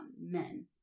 men